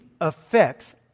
affects